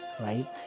right